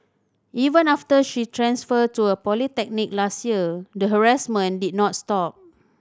even after she transferred to a polytechnic last year the harassment did not stop